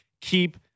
keep